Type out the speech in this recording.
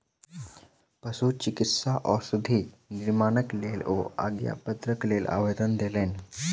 पशुचिकित्सा औषधि निर्माणक लेल ओ आज्ञापत्रक लेल आवेदन देलैन